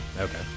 Okay